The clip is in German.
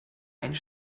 einen